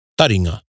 Taringa